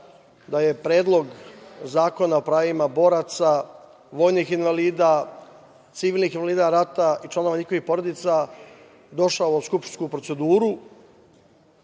da je Predlog zakona o pravima boraca, vojnih invalida, civilnih invalida rata i članova njihovih porodica došao u skupštinsku proceduru,